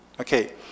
Okay